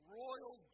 royal